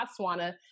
Botswana